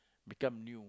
become new